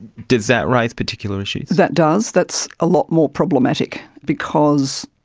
does that raise particular issues? that does, that's a lot more problematic because